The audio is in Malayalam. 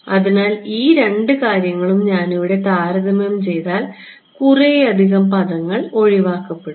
അതിനാൽ ഈ രണ്ട് കാര്യങ്ങളും ഞാൻ ഇവിടെ താരതമ്യം ചെയ്താൽ കുറേയധികം പദങ്ങൾ ഒഴിവാക്കപ്പെടും